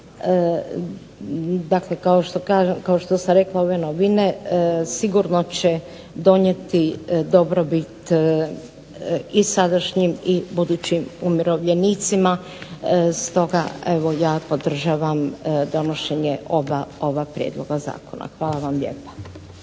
dakle kao što sam rekla ove novine sigurno će donijeti dobrobit i sadašnjim i budućim umirovljenicima. Stoga, evo ja podržavam donošenje oba ova prijedloga zakona. Hvala vam lijepa.